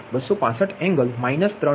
98265 angle minus 3